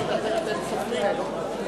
(קוראת בשמות חברי הכנסת)